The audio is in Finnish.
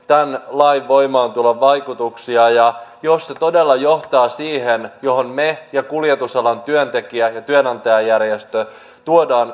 lain voimaantulon vaikutuksia ja jos se todella johtaa siihen josta me ja kuljetusalan työntekijä ja työnantajajärjestö tuomme